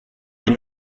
ihn